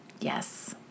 Yes